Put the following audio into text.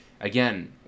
again